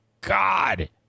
God